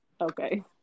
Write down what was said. okay